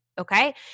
Okay